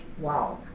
wow